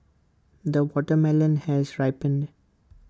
the watermelon has ripened